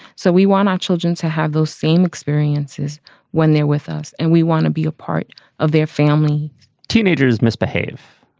so we want our children to have those same experiences when they're with us and we want to be a part of their family teenagers misbehave,